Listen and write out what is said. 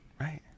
Right